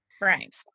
Right